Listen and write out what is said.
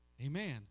Amen